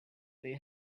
they